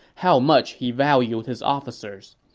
how much he valued his officers.